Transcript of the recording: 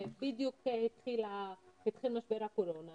ובדיוק התחיל משבר הקורונה